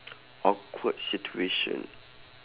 awkward situation